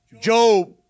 Job